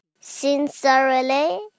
Sincerely